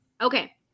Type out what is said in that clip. Okay